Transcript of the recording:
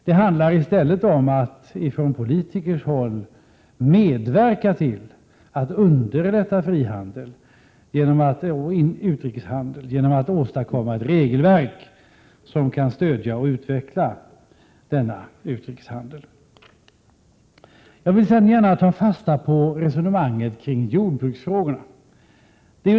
Det handlar i stället om att politiker medverkar till att underlätta frihandel och utrikeshandel genom att åstadkomma ett regelverk som kan stödja och utveckla denna handel. Jag vill sedan gärna ta fasta på resonemanget kring jordbruksfrågorna.